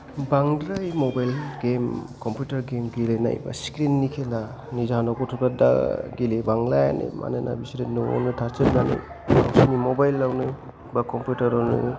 बांद्राय mobile game computer game गेलेनाय बा स्क्रिन नि खेलानि जाहोनाव गथ'फ्रा दा गेलेबांलायानो मानोना बिसोरो न'आवनो थासोमनानै गावसोरनि मबाइल आवनो बा कम्पिउटार आवनो